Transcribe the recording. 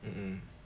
mmhmm